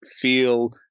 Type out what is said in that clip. feel